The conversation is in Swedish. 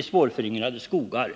svårföryngrade skogar.